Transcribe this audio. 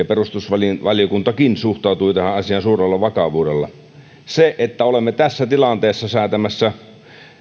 perustuslakivaliokuntakin suhtautui tähän asiaan suurella vakavuudella se että olemme tässä tilanteessa säätämässä